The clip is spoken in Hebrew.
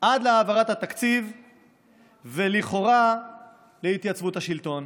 עד להעברת התקציב ולכאורה התייצבות השלטון.